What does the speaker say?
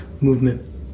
movement